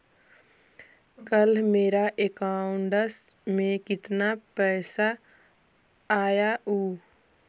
कल मेरा अकाउंटस में कितना पैसा आया ऊ?